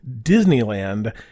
Disneyland